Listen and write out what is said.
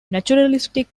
naturalistic